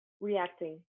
reacting